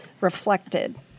reflected